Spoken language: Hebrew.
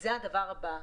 זה הדבר הבא.